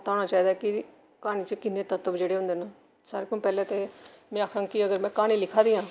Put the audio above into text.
पता होना चाहिदा कि क्हानी च किन्ने तत्व जेह्डे़ होंदे न सारें कोला पैह्लें ते में आक्खङ कि अगर में क्हानी लिखा दी आं